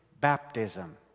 baptism